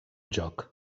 joc